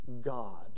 God